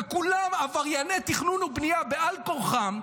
וכולם עברייני תכנון ובנייה בעל כורחם,